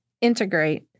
integrate